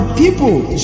people